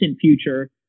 future